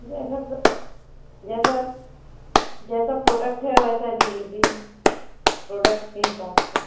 जैसा फिर जैसा जैसा प्रोडक्ट है वैसा डिलिवरी है प्रोडक्ट के हिसाब से